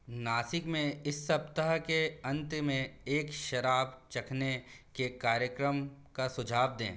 नासिक में इस सप्ताह के अंत में एक शराब चखने के कार्यक्रम का सुझाव दें